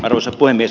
arvoisa puhemies